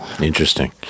Interesting